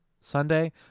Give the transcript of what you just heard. Sunday